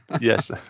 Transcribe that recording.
yes